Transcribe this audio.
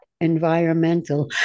environmental